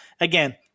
again